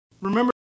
Remember